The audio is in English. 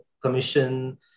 Commission